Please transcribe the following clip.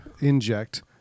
Inject